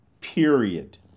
Period